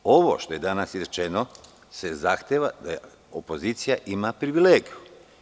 Ovo što je danas izrečeno je da se zahteva da opozicija ima privilegiju.